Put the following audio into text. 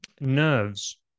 nerves